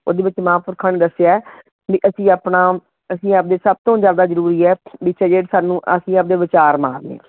ਉਹਦੇ ਵਿੱਚ ਮਹਾਂਪੁਰਖਾਂ ਨੇ ਦੱਸਿਆ ਵੀ ਅਸੀਂ ਆਪਣਾ ਅਸੀਂ ਆਪਣੇ ਸਭ ਤੋਂ ਜ਼ਿਆਦਾ ਜ਼ਰੂਰੀ ਹੈ ਵੀ ਜਿਹੜੇ ਸਾਨੂੰ ਅਸੀਂ ਆਪਣੇ ਵਿਚਾਰ ਮਾਰਨੇ ਆ